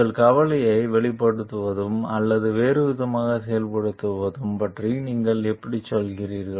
உங்கள் கவலையை வெளிப்படுத்துவது அல்லது வேறுவிதமாக செயல்படுவது பற்றி நீங்கள் எப்படிச் செல்கிறீர்கள்